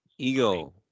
Ego